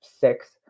six